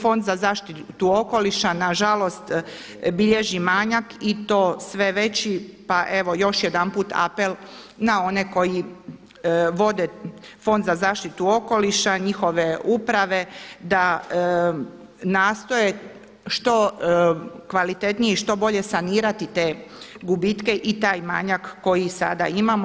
Fond za zaštitu okoliša nažalost bilježi manjak i to sve veći pa evo još jedanput apel na one koji vode Fond za zaštitu okoliša i njihove uprave da nastoje što kvalitetnije i što bolje sanirati te gubitke i taj manjak koji sada imamo.